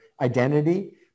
identity